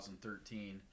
2013